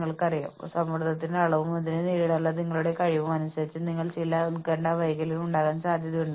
നിങ്ങൾക്ക് തോന്നുന്ന ആന്തരിക ഡ്രൈവുകളുടെ സാധ്യത കുറയ്ക്കുകയും നന്നായി ചെയ്യാൻ ആഗ്രഹിക്കുന്നതിനാൽ ആന്തരിക ഡ്രൈവ് കുറയുകയും ചെയ്യുന്നു